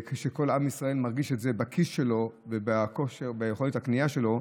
כשכל עם ישראל מרגיש את זה בכיס שלו וביכולת הקנייה שלו.